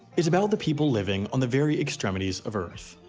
it's about the people living on the very extremities of earth.